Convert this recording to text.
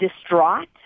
distraught